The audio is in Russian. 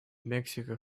мексика